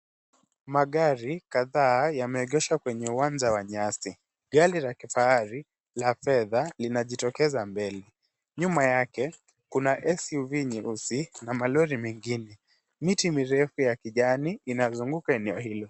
Magari kadhaa yameegeshwa kwenye uwanja wa nyasi. Gari la kifahari la fedha linajitokeza mbele. Nyuma yake kuna SUV nyeusi na malori mengine. Miti mirefu ya kijani inazunguka eneo hilo.